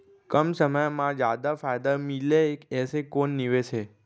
कम समय मा जादा फायदा मिलए ऐसे कोन निवेश हे?